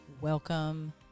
Welcome